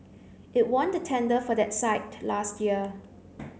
it won the tender for that site last year